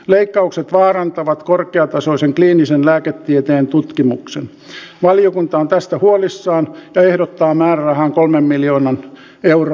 leikkaukset vaarantavat korkeatasoisen kliinisen juuri sitä mikä on kaikkien uusien innovaatioiden ja keksintöjen taustalla